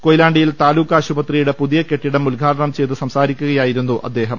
കൊയിലാണ്ടിയിൽ താലൂക്ക് ആശുപത്രിയുടെ പുതിയ കെട്ടിടം ഉദ്ഘാടനം ചെയ്ത് സംസാരിക്കുകയായിരുന്നു അദ്ദേഹം